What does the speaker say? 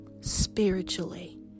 spiritually